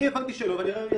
יש